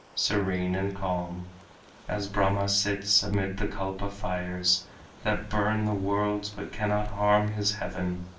serene and calm as brahma sits amid the kalpa fires that burn the worlds but cannot harm his heaven.